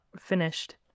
finished